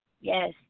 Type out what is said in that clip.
Yes